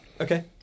Okay